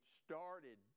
started